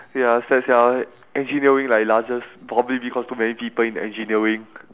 ya sad sia engineering like largest probably because too many people in engineering